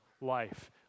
life